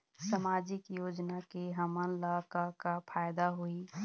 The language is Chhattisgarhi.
सामाजिक योजना से हमन ला का का फायदा होही?